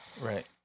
Right